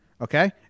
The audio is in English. Okay